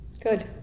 Good